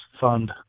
fund